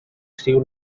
sigui